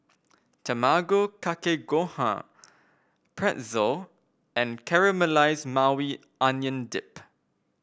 Tamago Kake Gohan Pretzel and Caramelized Maui Onion Dip